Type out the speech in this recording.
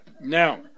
Now